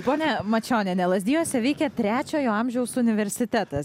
ponia mačioniene lazdijuose veikia trečiojo amžiaus universitetas